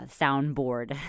soundboard